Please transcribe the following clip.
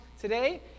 today